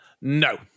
No